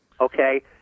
okay